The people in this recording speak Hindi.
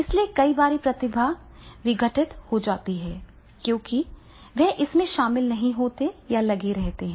इसलिए कई बार प्रतिभा विघटित हो जाती है क्योंकि वे इसमें शामिल नहीं होते हैं या लगे रहते हैं